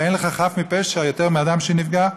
ואין לך חף מפשע יותר מאדם שנפגע.